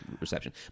reception